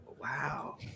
Wow